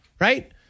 right